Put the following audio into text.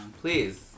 Please